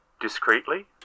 discreetly